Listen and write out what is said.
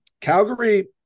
calgary